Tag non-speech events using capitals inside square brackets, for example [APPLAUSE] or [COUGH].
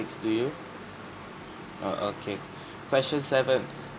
do you oh okay [BREATH] question seven